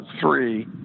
three